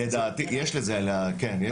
יש לזה, כן.